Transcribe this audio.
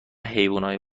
حیونای